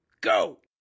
Go